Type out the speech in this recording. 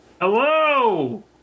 hello